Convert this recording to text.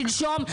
שלשום,